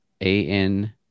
A-N-